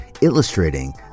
illustrating